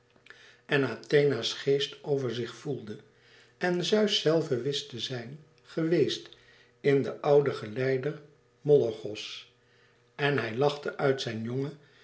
en athena's geest over zich voelde en zeus zelve wist te zijn geweest in den ouden geleider molorchos en hij lachte uit zijn jongen